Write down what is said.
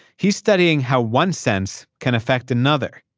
he's studying how one sense can affect another.